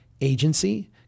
agency